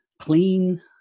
clean